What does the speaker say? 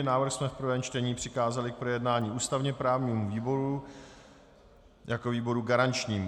Návrh jsme v prvém čtení přikázali k projednání ústavněprávnímu výboru jako výboru garančnímu.